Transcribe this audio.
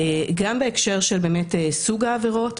גם בהקשר של סוג העבירות,